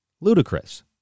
Ludicrous